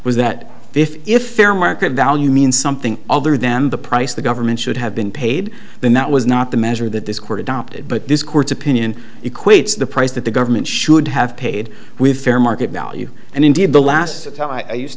was that if fair market value means something other then the price the government should have been paid then that was not the measure that this court adopted but this court's opinion equates the price that the government should have paid with fair market value and indeed the last time i used